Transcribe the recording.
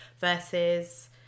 versus